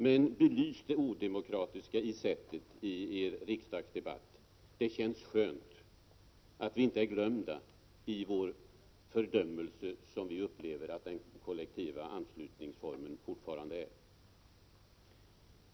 Belys i en riksdagsdebatt det odemokratiska i sättet att ansluta medlemmar! Det känns skönt att vi inte är glömda i vår fördömelse, som vi upplever att den kollektiva anslutningsformen fortfarande är.